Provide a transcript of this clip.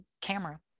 camera